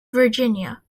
virginia